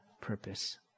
purpose